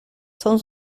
son